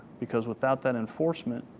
because without that enforcement,